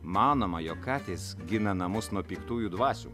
manoma jog katės gina namus nuo piktųjų dvasių